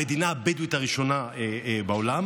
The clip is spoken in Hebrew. המדינה הבדואית הראשונה בעולם,